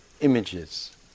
images